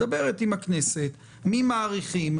מדברת עם הכנסת למי מאריכים,